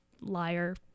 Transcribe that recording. liar